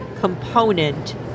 component